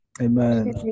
Amen